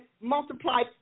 multiply